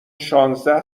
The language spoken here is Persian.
شانزده